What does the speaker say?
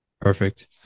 Perfect